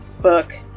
book